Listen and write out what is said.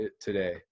today